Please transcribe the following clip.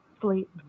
sleep